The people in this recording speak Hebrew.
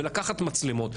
ולקחת מצלמות,